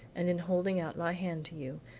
and in holding out my hand to you,